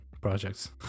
projects